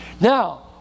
Now